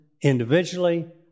individually